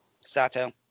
sato